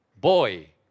boy